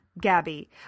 Gabby